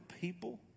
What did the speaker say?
people